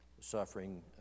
suffering